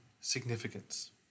significance